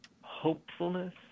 hopefulness